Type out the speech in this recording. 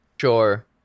Sure